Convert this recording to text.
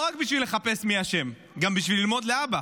לא רק בשביל לחפש מי אשם, גם בשביל ללמוד להבא.